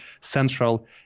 central